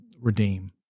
redeem